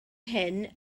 hyn